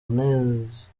yanenze